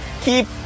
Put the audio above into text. keep